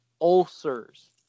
ulcers